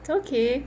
it's okay